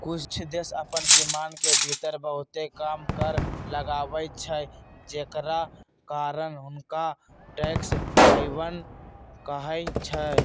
कुछ देश अप्पन सीमान के भीतर बहुते कम कर लगाबै छइ जेकरा कारण हुंनका टैक्स हैवन कहइ छै